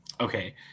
Okay